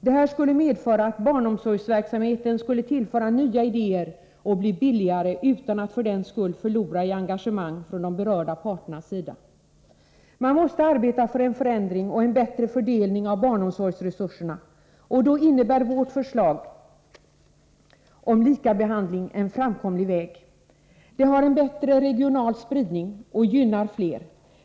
Det skulle medföra att barnomsorgsverksamheten tillfördes nya idéer och blev billigare, utan att engagemanget från de berörda parternas sida för den skull minskade. Man måste arbeta för en förändring och en bättre fördelning av barnomsorgsresurserna. Vårt förslag om lika behandling av barnomsorgsformerna innebär en framkomlig väg. Det innebär en bättre regional spridning och gynnar fler.